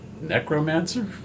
necromancer